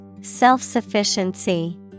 Self-sufficiency